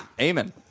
Amen